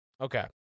Okay